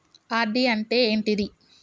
RD అంటే ఏంటిది?